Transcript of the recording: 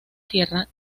tierra